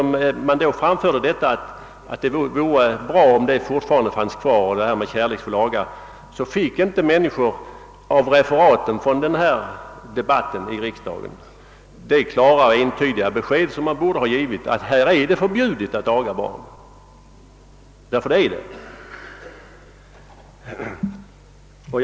Uttalandena om att det skulle vara bra om möjligheten till aga fanns kvar och att det skall vara »kärleksfull aga» gjorde att människorna i referaten av riksdagsdebatten inte fick det klara och entydiga besked som borde ha givits: att det är förbjudet att aga barn.